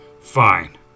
Fine